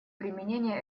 применения